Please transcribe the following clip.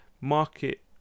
market